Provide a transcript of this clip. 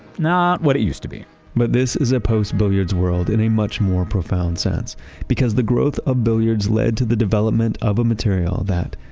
not what it used to be but this is a post-billiards world in a much more profound sense because the growth of billiards led to the development of a material that,